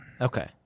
Okay